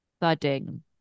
thudding